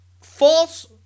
false